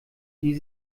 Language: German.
die